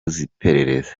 z’iperereza